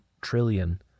trillion